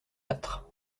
battre